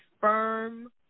firm